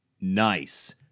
Nice